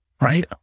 Right